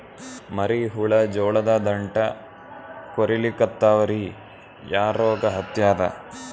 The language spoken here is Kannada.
ಮರಿ ಹುಳ ಜೋಳದ ದಂಟ ಕೊರಿಲಿಕತ್ತಾವ ರೀ ಯಾ ರೋಗ ಹತ್ಯಾದ?